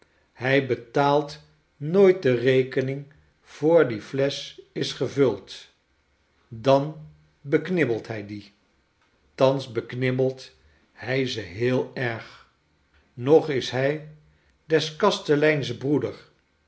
hij betaalt nooit de rekening voor die flesch is gevuld dan beknibbelt hij die thans beknibbelt hij ze heel erg nog is hij des kasteleins broeder